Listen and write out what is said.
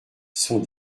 sont